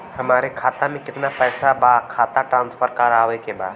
हमारे खाता में कितना पैसा बा खाता ट्रांसफर करावे के बा?